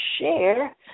share